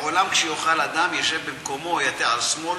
לעולם שיאכל אדם, ישב במקומו, ייטה על שמאל,